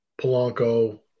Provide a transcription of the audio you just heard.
Polanco